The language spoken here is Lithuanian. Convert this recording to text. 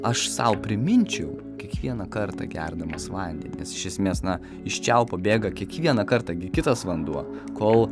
aš sau priminčiau kiekvieną kartą gerdamas vandenį nes iš esmės na iš čiaupo bėga kiekvieną kartą gi kitas vanduo kol